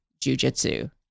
jujitsu